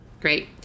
Great